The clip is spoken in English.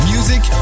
Music